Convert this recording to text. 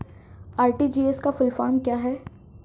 RTGS का full form क्या है?